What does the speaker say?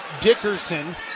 Dickerson